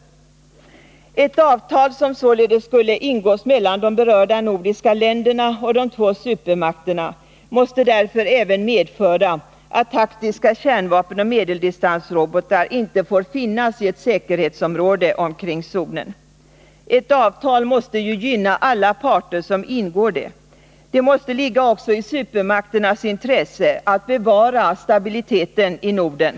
Ett avtal — som således skulle ingås mellan de berörda nordiska länderna och de två supermakterna — måste därför även medföra att taktiska kärnvapen och medeldistansrobotar inte får finnas i ett säkerhetsområde omkring zonen. Ett avtal måste ju gynna alla parter som ingår i det. Det måste ligga också i supermakternas intresse att bevara stabiliteten i Norden.